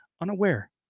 unaware